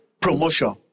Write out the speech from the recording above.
promotion